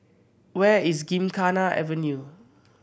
where is Gymkhana Avenue